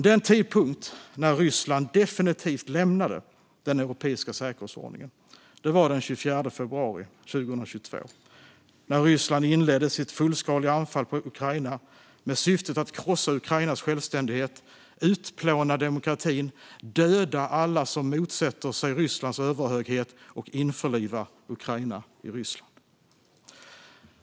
Den tidpunkt då Ryssland definitivt lämnade den europeiska säkerhetsordningen var den 24 februari 2022, när Ryssland inledde sitt fullskaliga anfall på Ukraina med syftet att krossa Ukrainas självständighet, utplåna demokratin, döda alla som motsätter sig Rysslands överhöghet och införliva Ukraina i Ryssland.